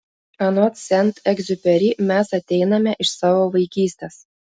anot sent egziuperi mes ateiname iš savo vaikystės